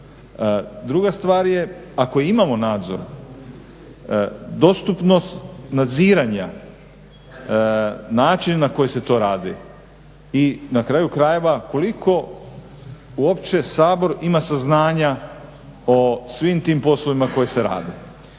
Druga stvar je ako imamo nadzor dostupnost nadziranja, način na koji se to radi i na kraju krajeva koliko uopće Sabor ima saznanja o svim tim poslovima koji se rade.